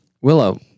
Willow